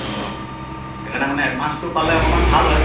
অঁ সেইকাৰণে মানে এডভাঞ্চটো পালে অকণমান ভাল হয়